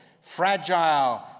fragile